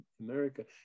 America